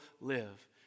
live